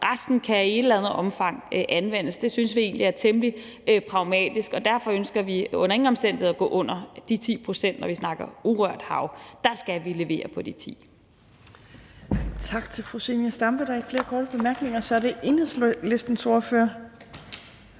Resten kan i et eller andet omfang anvendes. Det synes vi egentlig er temmelig pragmatisk. Derfor ønsker vi under ingen omstændigheder at gå under de 10 pct., når vi snakker urørt hav. Der skal vi levere på de 10 pct. Kl. 17:54 Tredje næstformand (Trine Torp): Tak til fru Zenia Stampe. Der er ikke flere korte bemærkninger. Så er det Enhedslistens ordfører.